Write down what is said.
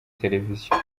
televiziyo